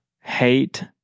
hate